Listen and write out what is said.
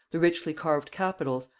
the richly carved capitals,